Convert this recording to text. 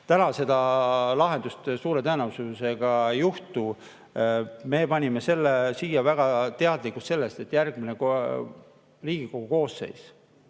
et seda lahendust suure tõenäosusega ei juhtu. Me panime selle siia väga teadlikuna sellest, et järgmine Riigikogu koosseis